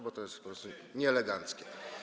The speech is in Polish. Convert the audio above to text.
Bo to jest po prostu nieeleganckie.